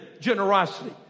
generosity